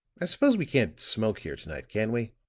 i suppose we can't smoke here to-night, can we?